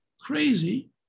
crazy